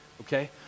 okay